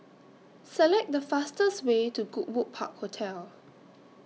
Select The fastest Way to Goodwood Park Hotel